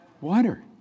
Water